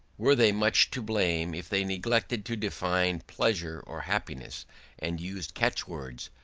were they much to blame if they neglected to define pleasure or happiness and used catch-words,